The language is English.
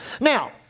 Now